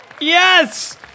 Yes